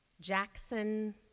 Jackson